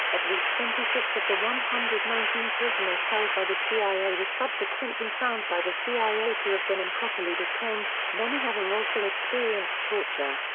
at least twenty six of the one hundred and nineteen prisoners held by the cia were subsequently found by the cia to have been improperly detained, many having also experienced torture.